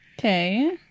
Okay